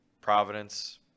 Providence